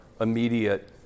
immediate